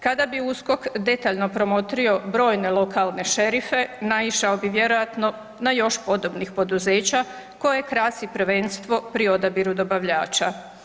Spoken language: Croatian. Kada bi USKOK detaljno promotrio brojne lokalne šerife, naišao bi vjerojatno na još podobnih poduzeća koje krasi prvenstvo pri odabiru dobavljača.